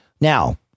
Now